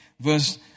Verse